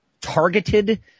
targeted